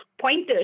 pointers